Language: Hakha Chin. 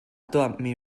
tuahmi